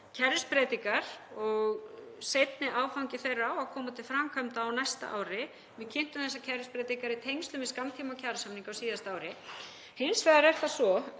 kerfisbreytingar og seinni áfangi þeirra á að koma til framkvæmda á næsta ári. Við kynntum þessar kerfisbreytingar í tengslum við skammtímakjarasamninga á síðasta ári. Hins vegar er það svo,